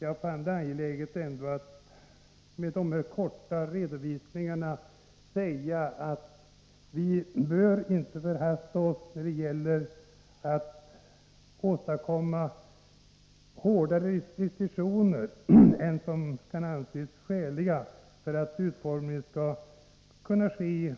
Jag fann det angeläget att med de här korta redovisningarna förklara att vi inte bör förhasta oss när det gäller att åstadkomma hårdare restriktioner än som kan anses skäliga för att utformningen skall ske